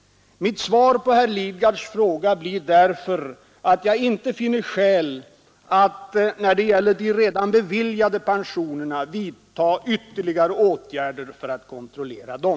Mitt svar på herr Lidgards fråga blir därför att jag inte finner skäl att, när det gäller de redan beviljade pensionerna, vidta ytterligare åtgärder för att kontrollera dem.